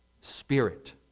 spirit